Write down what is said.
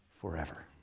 forever